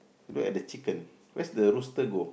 where are the chicken where's the rooster go